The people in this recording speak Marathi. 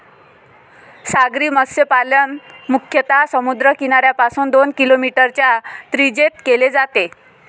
सागरी मत्स्यपालन मुख्यतः समुद्र किनाऱ्यापासून दोन किलोमीटरच्या त्रिज्येत केले जाते